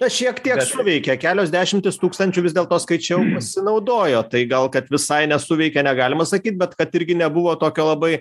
tas šiek tiek suveikė kelios dešimtys tūkstančių vis dėlto skaičiau pasinaudojo tai gal kad visai nesuveikė negalima sakyt bet kad irgi nebuvo tokio labai